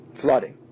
flooding